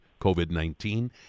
COVID-19